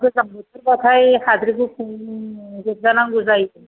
गोजां बोथोरबाथाय हाद्रि गुफुंजोबजानांगौ जायो